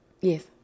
Yes